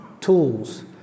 tools